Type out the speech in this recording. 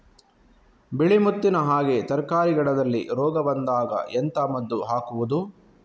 ಬಿಳಿ ಮುತ್ತಿನ ಹಾಗೆ ತರ್ಕಾರಿ ಗಿಡದಲ್ಲಿ ರೋಗ ಬಂದಾಗ ಎಂತ ಮದ್ದು ಹಾಕುವುದು?